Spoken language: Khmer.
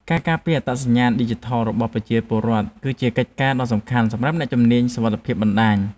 ការការពារអត្តសញ្ញាណឌីជីថលរបស់ប្រជាពលរដ្ឋ គឺជាកិច្ចការដ៏សំខាន់សម្រាប់អ្នកជំនាញសុវត្ថិភាពបណ្តាញ។